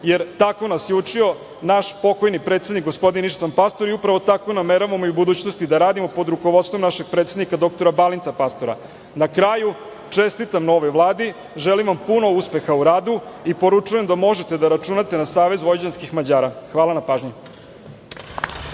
jer tako nas je učio naš pokojni predsednik gospodin Ištvan Pastor i upravo tako nameravamo i u budućnosti da radimo, a pod rukovodstvom našeg predsednika dr Balinta Pastora. Na kraju, čestitam novoj Vladi, želim vam puno uspeha u radu i poručujem da možete da računate na SVM. Hvala na pažnji.